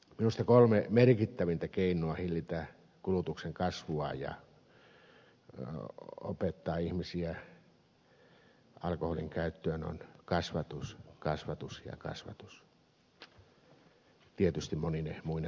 minusta kolme merkittävintä keinoa hillitä kulutuksen kasvua ja opettaa ihmisiä alkoholinkäyttöön ovat kasvatus kasvatus ja kasvatus tietysti monine muine toimenpiteineen